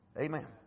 Amen